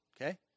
okay